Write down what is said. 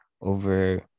over